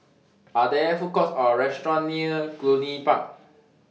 Are There Food Courts Or restaurants near Cluny Park